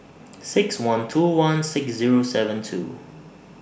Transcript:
six one two one six Zero seven two